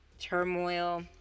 turmoil